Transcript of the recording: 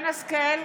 השכל,